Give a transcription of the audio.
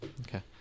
Okay